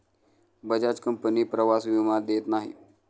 Bajaj company प्रवास विमा देत नाही